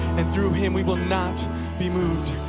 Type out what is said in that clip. and through him we will not be moved,